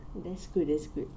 that's good that's good